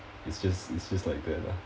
it's just it's just like that lah